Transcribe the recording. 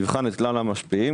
שיבחן את כלל המשפיעים.